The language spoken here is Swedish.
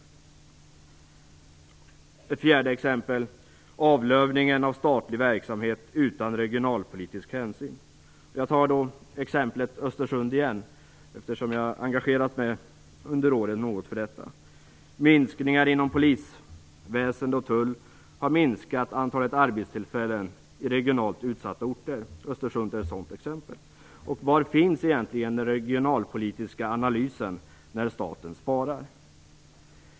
För det fjärde gäller det avlövningen av statlig verksamhet utan regionalpolitisk hänsyn. Jag vill då nämna exemplet Östersund igen, eftersom jag under åren har engagerat mig något just för Östersund. Minskningar inom polisväsende och tull har minskat antalet arbetstillfällen i regionalt utsatta orter. Östersund är ett sådant exempel. Var finns egentligen den regionalpolitiska analysen när staten sparar?